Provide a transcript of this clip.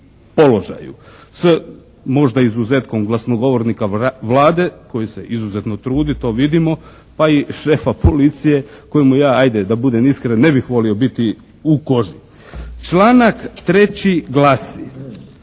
položaju s možda izuzetkom glasnogovornika Vlade koji se izuzetno trudi, to vidimo, pa i šefa policije kojemu ja ajde da budem iskren ne bih volio biti u koži. Članak 3. glasi,